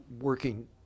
working